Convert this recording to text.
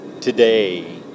today